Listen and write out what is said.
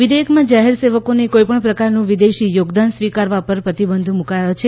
વિધેયકમાં જાહેર સેવકોને કોઈપણ પ્રકારનું વિદેશી યોગદાન સ્વીકારવા પર પ્રતિબંધ મૂકાથો છે